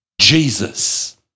Jesus